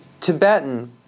Tibetan